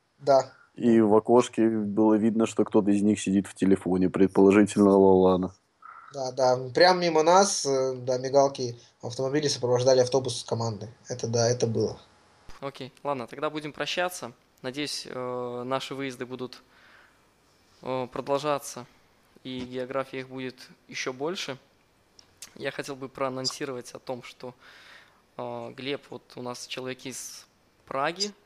Да. И в окошке было видно, что кто-то из них сидит в телефоне, предположительно, Лолана. Да, да, м, прямо мимо нас, э, да, мигалки, автомобили сопровождали автобус с командой. Это да, это было. Окей, ладно, тогда будем прощаться. Надеюсь, э, наши выезды будут, э, продолжаться, и география их будет ещё больше. Я хотел бы проанонсировать о том, что, э, Глеб, вот у нас человек из Праги.